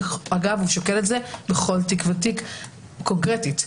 אגב בכל תיק קונקרטית,